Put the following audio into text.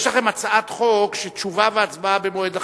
יש לכם הצעת חוק ש"תשובה והצבעה במועד אחר".